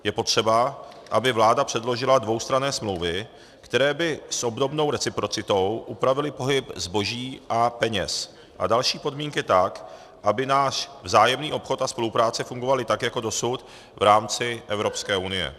Je potřeba, aby vláda předložila dvoustranné smlouvy, které by s obdobnou reciprocitou upravily pohyb zboží a peněz a další podmínky tak, aby náš vzájemný obchod a spolupráce fungovaly tak jako dosud v rámci Evropské unie.